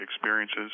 experiences